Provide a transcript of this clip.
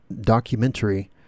documentary